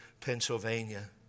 Pennsylvania